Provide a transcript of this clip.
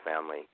family